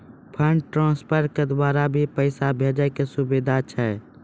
Fund transfer के द्वारा भी पैसा भेजै के सुविधा छै?